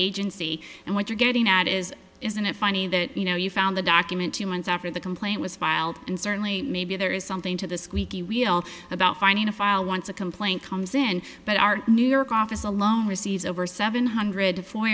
agency and what you're getting at is is and it funny that you know you found the document two months after the complaint was filed and certainly maybe there is something to the squeaky wheel about finding a file once a complaint comes in but our new york office alone receives over seven hundred for